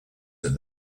that